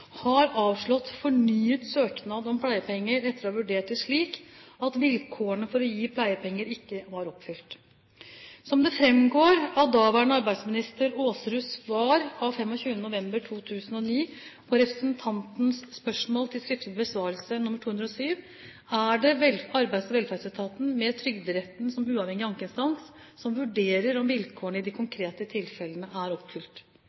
har avslått fornyet søknad om pleiepenger etter å ha vurdert det slik at vilkårene for å gi pleiepenger ikke var oppfylt. Som det framgår av daværende arbeidsminister Aasruds svar av 25. november 2009 på representantens spørsmål til skriftlig besvarelse nr. 207, er det Arbeids- og velferdsetaten, med Trygderetten som uavhengig ankeinstans, som vurderer om vilkårene i de konkrete tilfellene er oppfylt.